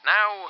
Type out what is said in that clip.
Now